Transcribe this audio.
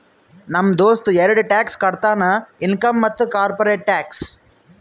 ನಮ್ ದೋಸ್ತ ಎರಡ ಟ್ಯಾಕ್ಸ್ ಕಟ್ತಾನ್ ಇನ್ಕಮ್ ಮತ್ತ ಕಾರ್ಪೊರೇಟ್ ಟ್ಯಾಕ್ಸ್